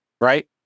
right